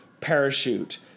parachute